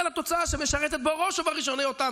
לתוצאה שמשרתת ובראש ובראשונה אותם,